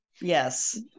Yes